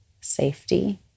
safety